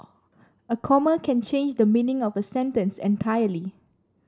a comma can change the meaning of a sentence entirely